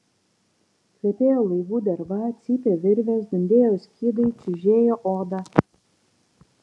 kvepėjo laivų derva cypė virvės dundėjo skydai čiužėjo oda